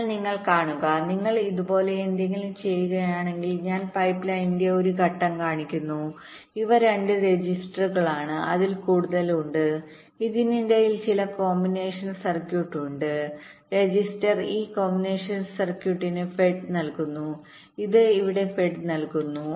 എന്നാൽ നിങ്ങൾ കാണുക നിങ്ങൾ ഇതുപോലെ എന്തെങ്കിലും ചെയ്യുകയാണെങ്കിൽ ഞാൻ പൈപ്പ്ലൈനിന്റെ ഒരു ഘട്ടം കാണിക്കുന്നു ഇവ രണ്ട് രജിസ്റ്ററുകളാണ് അതിൽ കൂടുതൽ ഉണ്ട് ഇതിനിടയിൽ ചില കോമ്പിനേഷണൽ സർക്യൂട്ട് ഉണ്ട് രജിസ്റ്റർ ഈ കോമ്പിനേഷൻ സർക്യൂട്ടിന് ഫെഡ് നൽകുന്നു ഇത് ഇവിടെ ഫെഡ് നൽകുന്നു